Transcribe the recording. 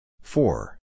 Four